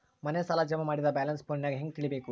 ಮನೆ ಸಾಲ ಜಮಾ ಮಾಡಿದ ಬ್ಯಾಲೆನ್ಸ್ ಫೋನಿನಾಗ ಹೆಂಗ ತಿಳೇಬೇಕು?